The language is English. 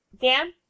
Dan